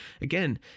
again